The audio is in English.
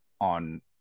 on